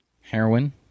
Heroin